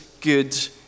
good